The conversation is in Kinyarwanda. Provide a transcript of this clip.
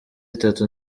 itatu